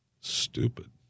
stupid